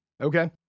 okay